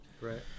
right